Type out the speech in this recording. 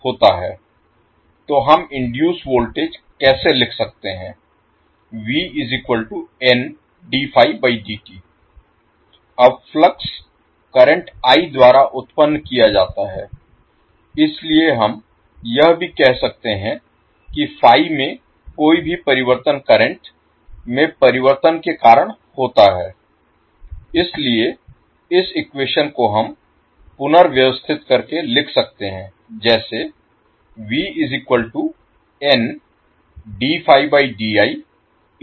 तो हम induced voltage कैसे लिख सकते हैं अब फ्लक्स करंट i द्वारा उत्पन्न किया जाता है इसलिए हम यह भी कह सकते हैं कि में कोई भी परिवर्तन करंट में परिवर्तन के कारण होता है इसलिए इस इक्वेशन को हम पुनर्व्यवस्थित करके लिख सकते हैं